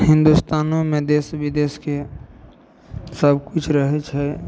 हिन्दुतानोमे देश बिदेशके सबकिछु रहै छै